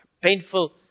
painful